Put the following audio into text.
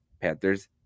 Panthers